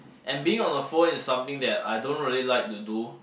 and being on the phone is something that I don't really like to do